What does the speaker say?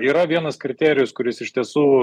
yra vienas kriterijus kuris iš tiesų